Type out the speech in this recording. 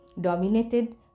dominated